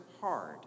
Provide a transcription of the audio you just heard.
hard